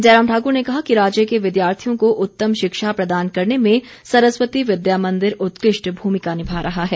जयराम ठाकुर ने कहा कि राज्य के विद्यार्थियों को उत्तम शिक्षा प्रदान करने में सरस्वती विद्या मंदिर उत्कृष्ट भूमिका निभा रहा है